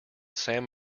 sam